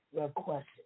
request